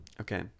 okay